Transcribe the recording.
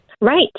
Right